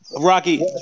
Rocky